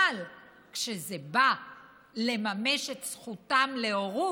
אבל כשזה בא לממש את זכותם להורות,